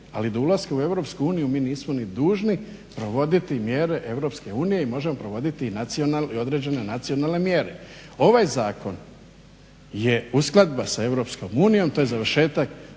Ali do ulaska u Europsku uniju mi nismo ni dužni provoditi mjere Europske unije i možemo provoditi i određene nacionalne mjere. Ovaj zakon je uskladba sa Europskom unijom.